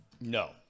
no